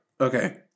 Okay